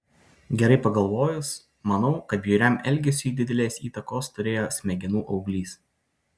gerai pagalvojus manau kad bjauriam elgesiui didelės įtakos turėjo smegenų auglys